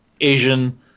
Asian